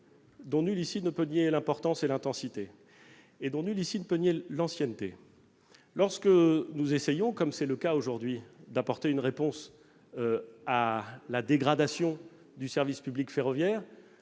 dont nul ici ne peut nier l'importance et l'intensité, ni l'ancienneté. Lorsque nous essayons, comme aujourd'hui, d'apporter une réponse face à la dégradation du service public ferroviaire,